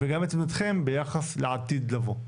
וגם את עמדתכם ביחס לעתיד לבוא.